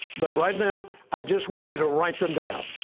but right now i just want you to write them down.